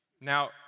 Now